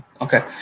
Okay